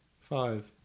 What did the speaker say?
five